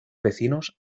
vecinos